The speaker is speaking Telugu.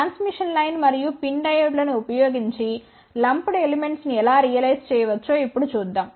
ట్రాన్స్మిషన్ లైన్ మరియు PIN డయోడ్ లను ఉపయోగించి లంప్డ్ ఎలెమెంట్స్ ను ఎలా రియలైజ్ చేయవచ్చో ఇప్పుడు చూద్దాం